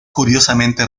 curiosamente